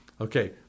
Okay